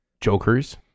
Jokers